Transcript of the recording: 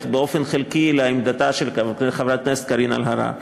באופן חלקי את עמדתה של חברת הכנסת קארין אלהרר.